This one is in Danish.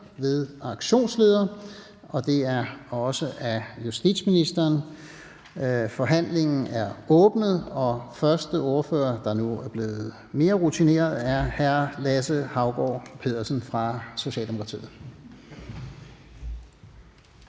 næstformand (Lars-Christian Brask): Forhandlingen er åbnet, og den første ordfører, der nu er blevet mere rutineret, er hr. Lasse Haugaard Pedersen fra Socialdemokratiet.